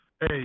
hey